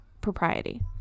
propriety